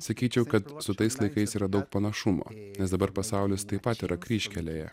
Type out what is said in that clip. sakyčiau kad su tais laikais yra daug panašumo nes dabar pasaulis taip pat yra kryžkelėje